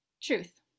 truth